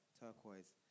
turquoise